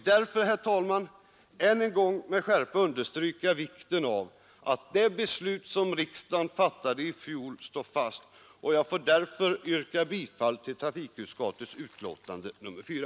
Därför vill jag än en gång med skärpa understryka vikten av att det beslut som riksdagen fattade i fjol står fast. Herr talman! Med det anförda yrkar jag bifall till trafikutskottets hemställan i betänkandet nr 4.